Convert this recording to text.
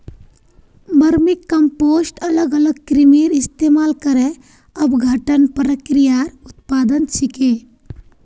vermicompost अलग अलग कृमिर इस्तमाल करे अपघटन प्रक्रियार उत्पाद छिके